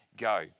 go